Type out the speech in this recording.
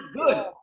good